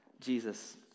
Jesus